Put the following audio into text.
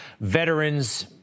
Veterans